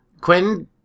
Quentin